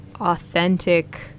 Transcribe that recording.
authentic